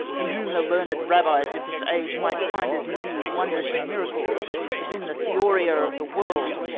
in whom the learned rabbis of this age might find as many wondrous miracles as in the theoria of the world!